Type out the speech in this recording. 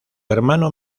hermano